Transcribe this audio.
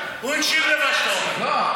הוא הקשיב למה שאתה אומר.